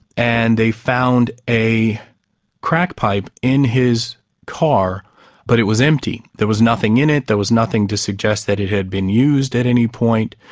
and they found a crack pipe in his car but it was empty, there was nothing in it, there was nothing to suggest that it had been used at any point.